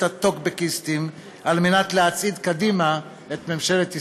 הטוקבקיסטים על מנת להצעיד קדימה את ממשלת ישראל.